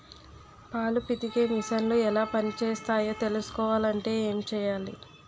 పాలు పితికే మిసన్లు ఎలా పనిచేస్తాయో తెలుసుకోవాలంటే ఏం చెయ్యాలి?